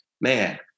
man